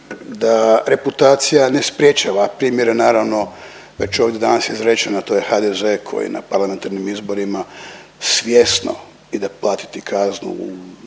da reputacija ne sprječava, primjer je naravno već je ovdje danas izrečeno, a to je HDZ koji na parlamentarnim izborima svjesno ide platiti kaznu